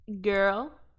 girl